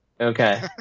Okay